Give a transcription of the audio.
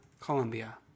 Colombia